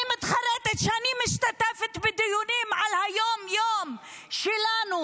אני מתחרטת שאני משתתפת בדיונים על היום-יום שלנו